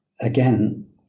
again